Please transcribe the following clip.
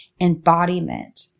Embodiment